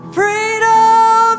freedom